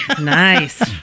nice